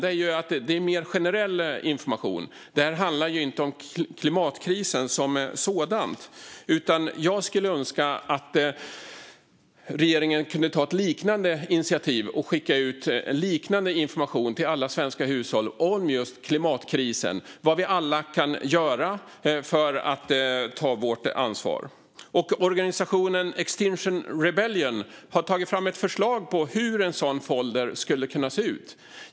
Där är informationen mer generell. Det handlar inte om klimatkrisen som sådan. Jag skulle önska att regeringen kunde ta ett liknande initiativ och skicka ut information om klimatkrisen till alla svenska hushåll om vad vi alla kan göra för att ta vårt ansvar. Organisationen Extinction Rebellion har tagit fram ett förslag på hur en sådan folder skulle kunna se ut.